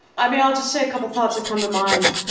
um yeah i'll just say a couple thoughts that come to mind.